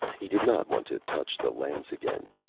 he did not want to touch the lens again.